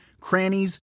crannies